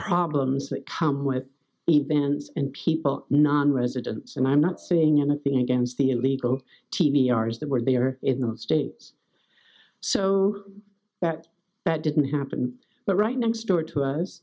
problems that come with events and people nonresidents and i'm not saying anything against the illegal t v or is that where they are in those states so that that didn't happen but right next door to us